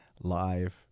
live